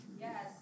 Yes